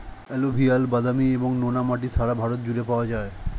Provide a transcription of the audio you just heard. alluvial, বাদামি এবং নোনা মাটি সারা ভারত জুড়ে পাওয়া যায়